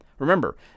Remember